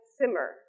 simmer